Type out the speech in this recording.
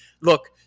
Look